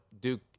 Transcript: Duke